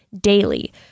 daily